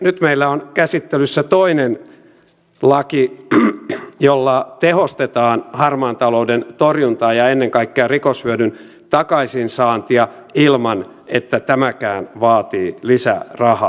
nyt meillä on käsittelyssä toinen laki jolla tehostetaan harmaan talouden torjuntaa ja ennen kaikkea rikoshyödyn takaisinsaantia ilman että tämäkään vaatii lisää rahaa